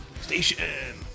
Station